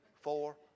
four